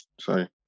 sorry